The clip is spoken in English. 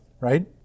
right